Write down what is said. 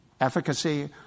efficacy